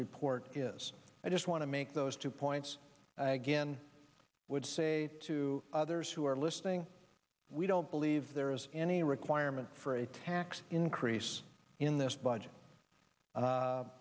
report is i just want to make those two points again i would say to others who are listening we don't believe there is any requirement for a tax increase in this budget